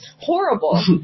Horrible